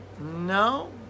No